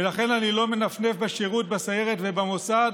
ולכן אני לא מנפנף בשירות בסיירת ובמוסד,